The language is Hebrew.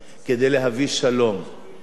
ולסגור את הסכסוך בינינו,